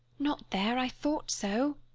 not there, i thought so!